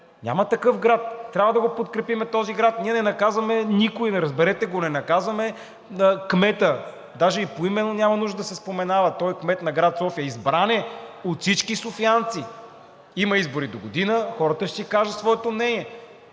Няма такъв град! Трябва да го подкрепим този град. Ние не наказваме никого, разберете го. Не наказваме кмета – даже и поименно няма нужда да се споменава, той е на град София, избран е от всички софиянци. Има избори догодина, хората ще си кажат своето мнение,